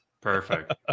Perfect